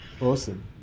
Awesome